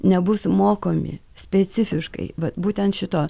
nebus mokomi specifiškai vat būtent šito